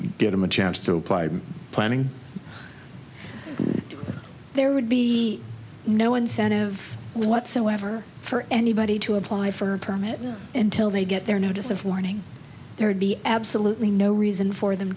give them a chance to apply planning there would be no incentive whatsoever for anybody to apply for a permit and till they get their notice of warning there'd be absolutely no reason for them